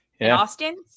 Austin